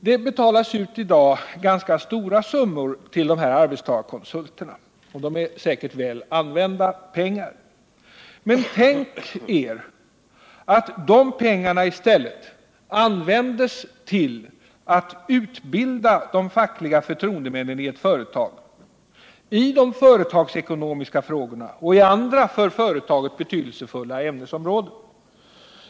Det betalas i dag ut ganska stora summor till arbetstagarkonsulter, och det är säkert väl använda pengar. Men tänk er att de pengarna i stället kunde användas till att utbilda de fackliga förtroendemännen i ett företag i de företagsekonomiska frågorna och på andra för företaget betydelsefulla ämnesområden.